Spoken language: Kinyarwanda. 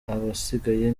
abasigaye